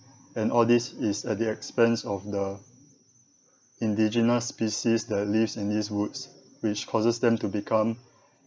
and all this is at the expense of the indigenous species that lives in these woods which causes them to become